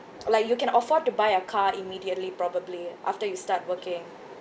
like you can afford to buy a car immediately probably after you start working